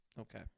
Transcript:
Okay